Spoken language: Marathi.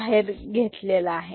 B CinA